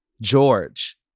George